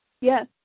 Yes